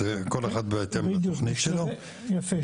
כל אחד בהתאם לתכנון שלו --- יפה.